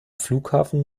flughafen